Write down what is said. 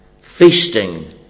Feasting